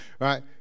right